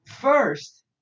First